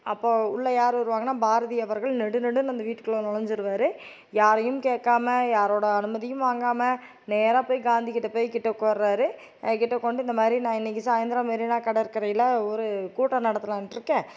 அப்போ உள்ளெ யார் வருவாங்கன்னால் பாரதி அவர்கள் நெடு நெடுன்னு அந்த வீட்டுக்குள்ளெ நுழஞ்சிருவாரு யாரையும் கேட்காம யாரோடய அனுமதியும் வாங்காமல் நேராக போய் காந்திக்கிட்ட போய் கிட்ட உட்கார்றாரு கிட்டே உக்கார்ந்து இந்த மாதிரி நான் இன்றைக்கி சாயந்தரம் மெரினா கடற்கரையில் ஒரு கூட்டம் நடத்தலான்ட்டிருக்கேன்